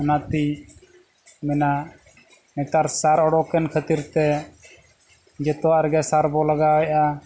ᱚᱱᱟᱛᱤᱧ ᱢᱮᱱᱟ ᱱᱮᱛᱟᱨ ᱥᱟᱨ ᱚᱰᱚᱠᱮᱱ ᱠᱷᱟᱹᱛᱤᱨ ᱛᱮ ᱡᱚᱛᱚᱣᱟᱜ ᱨᱮᱜᱮ ᱥᱟᱨ ᱵᱚᱱ ᱞᱟᱜᱟᱣᱮᱫᱼᱟ